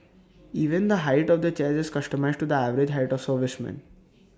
even the height of the chairs is customised to the average height of servicemen